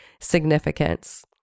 significance